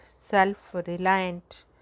self-reliant